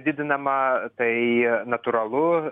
didinama tai natūralu